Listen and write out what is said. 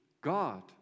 God